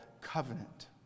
covenant